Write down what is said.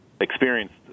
experienced